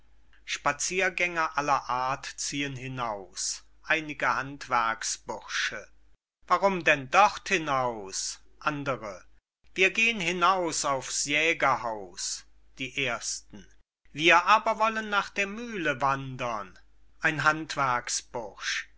spaziergänger aller art ziehen hinaus einige handwerksbursche warum denn dort hinaus wir gehn hinaus auf's jägerhaus die ersten wir aber wollen nach der mühle wandern ein